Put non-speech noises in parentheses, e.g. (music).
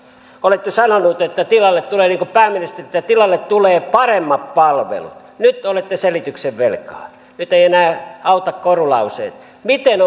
olette sanonut niin kuin pääministeri että tilalle tulee paremmat palvelut nyt olette selityksen velkaa nyt eivät enää auta korulauseet miten (unintelligible)